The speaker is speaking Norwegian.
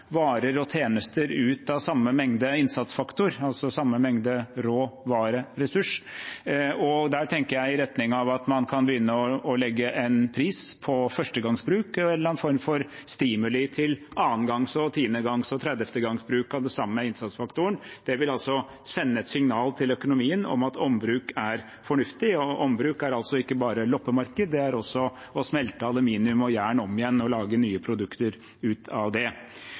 varer og tjenester ut av samme mengde innsatsfaktor, altså samme mengde råvareressurs, viktig. Da tenker jeg i retning av at man kan begynne å legge en pris på førstegangsbruk og en eller annen form for stimuli til andregangs, tiendegangs og tredevtegangsbruk av den samme innsatsfaktoren. Det vil sende et signal til økonomien om at ombruk er fornuftig. Ombruk er altså ikke bare loppemarked, det er også å smelte aluminium og jern om igjen og lage nye produkter av det.